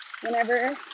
Whenever